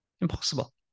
Impossible